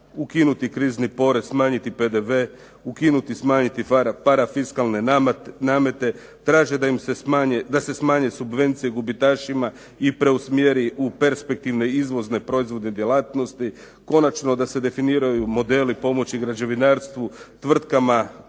ukinuti krizni porez, smanjiti PDV, ukinuti smanjiti parafiskalne namete, traže da im se smanje, da se smanje subvencije gubitašima i preusmjeri u perspektivne izvozne proizvodne djelatnosti, konačno da se definiraju modeli pomoći građevinarstvu, tvrtkama